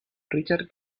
richard